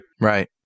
Right